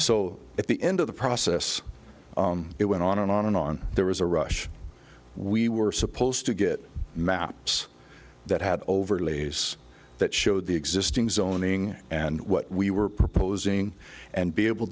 so at the end of the process it went on and on and on there was a rush we were supposed to get maps that had overlays that show the existing zoning and what we were proposing and be able